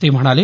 ते म्हणाले